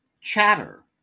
Chatter